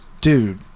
dude